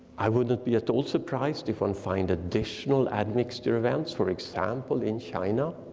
i wouldn't be at all surprised if one find additional admixture events, for example, in china.